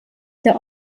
der